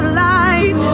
light